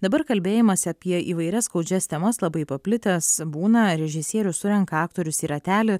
dabar kalbėjimas apie įvairias skaudžias temas labai paplitęs būna režisierius surenka aktorius į ratelį